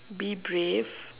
be brave